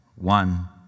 One